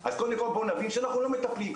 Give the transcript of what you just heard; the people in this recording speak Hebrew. אז קודם כל בואו נבין שאנחנו לא מטפלים,